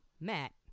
Matt